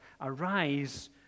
Arise